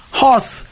horse